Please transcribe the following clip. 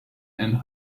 and